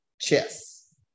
chess